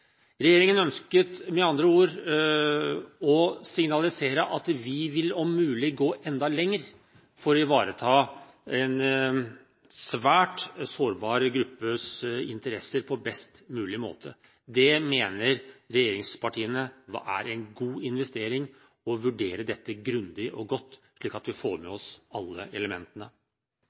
Regjeringen ønsket med andre ord å signalisere at vi vil om mulig gå enda lenger for å ivareta en svært sårbar gruppes interesser på best mulig måte. Regjeringspartiene mener det er en god investering å vurdere dette grundig og godt, slik at vi får med oss alle elementene.